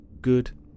Good